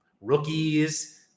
rookies